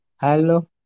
Hello